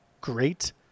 great